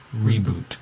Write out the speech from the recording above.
Reboot